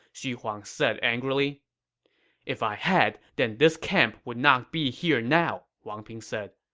xu huang said angrily if i had, then this camp would not be here now, wang ping said.